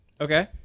Okay